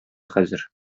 хәзер